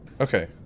Okay